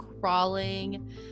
crawling